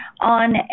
on